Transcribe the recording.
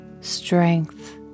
strength